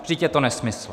Vždyť je to nesmysl.